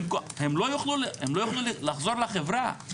הם לא יוכלו לחזור לחברה.